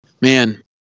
Man